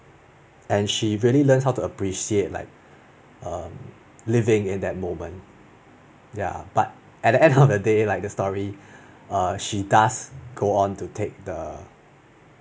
and she really learns how to appreciate like um living in that moment ya but at the end of her day like the story uh she does go on to take the